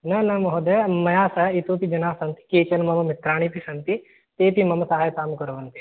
न न महोदय मया सह इतोऽपि जनाः सन्ति केचन मम मित्राणि अपि सन्ति तेऽपि मम सहायतां कुर्वन्ति